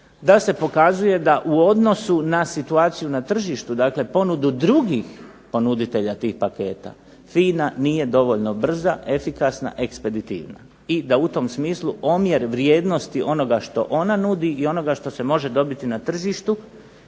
da se pokazuje da u odnosu na situaciju na tržištu, dakle ponudu drugih ponuditelja tih paketa FINA nije dovoljno brza, efikasna, ekspeditivna i da u tom smislu omjer vrijednosti onoga što ona nudi i onoga što se može dobiti na tržištu